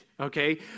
okay